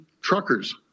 truckers